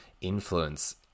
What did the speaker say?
influence